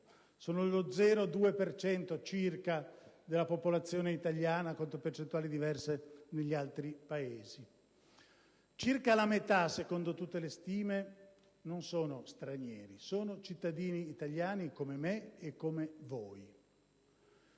cento circa della popolazione italiana, contro percentuali diverse negli altri Paesi. Circa la metà, secondo tutte le stime, è fatta di cittadini italiani come me e voi,